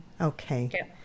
Okay